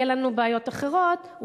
יהיו לנו בעיות אחרות,